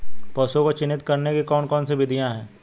पशुओं को चिन्हित करने की कौन कौन सी विधियां हैं?